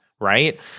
right